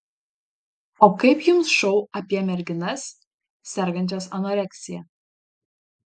o kaip jums šou apie merginas sergančias anoreksija